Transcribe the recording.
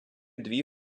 дві